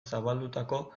zabaldutako